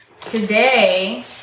today